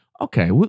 Okay